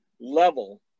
level